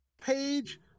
page